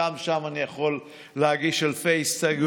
גם שם אני יכול להגיש אלפי הסתייגויות,